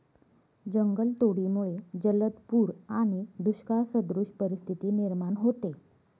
जंगलतोडीमुळे जलद पूर आणि दुष्काळसदृश परिस्थिती निर्माण होते